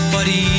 Buddy